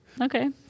Okay